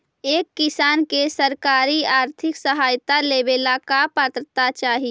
एक किसान के सरकारी आर्थिक सहायता लेवेला का पात्रता चाही?